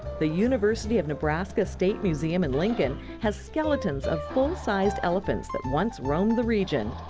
the university of nebraska state museum in lincoln has skeletons of full sized elephants that once roamed the region.